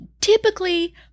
typically